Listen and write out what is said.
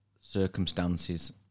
circumstances